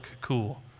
cool